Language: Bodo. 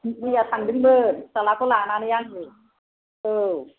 मैया थांदोंमोन फिसाज्लाखौ लानानै आङो औ